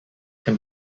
can